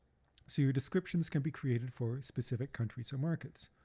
so your descriptions can be created for specific countries or markets.